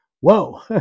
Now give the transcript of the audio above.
whoa